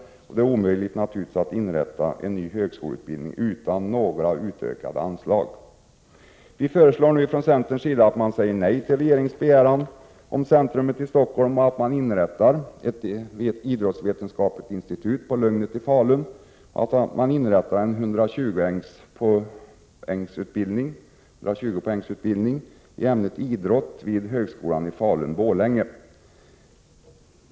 Men det är naturligtvis omöjligt att inrätta en sådan högskoleutbildning utan ökade anslag. Centern föreslår nu att riksdagen säger nej till regeringens begäran om ett idrottscenter i Stockholm och att det i stället inrättas ett idrottsvetenskapligt institut på Lugnet i Falun. Vi föreslår vidare att det anordnas en 120 poängsutbildning i ämnet idrott vid högskolan där.